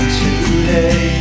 today